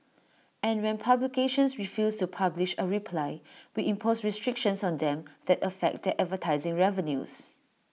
and when publications refuse to publish A reply we impose restrictions on them that affect their advertising revenues